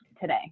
today